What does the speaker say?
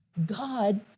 God